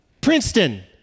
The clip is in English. Princeton